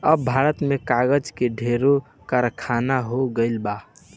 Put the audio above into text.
अब भारत में कागज के ढेरे कारखाना हो गइल बा